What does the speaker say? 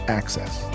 access